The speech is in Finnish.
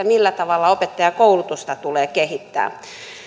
millä tavalla opettajakoulutusta tulee kehittää